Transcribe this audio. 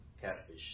catfish